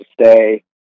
stay